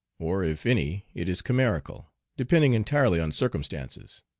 or if any it is chimerical, depending entirely on circumstances.